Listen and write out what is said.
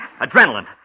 Adrenaline